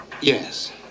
Yes